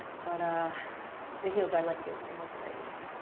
but ah the heels, i left it in this variation.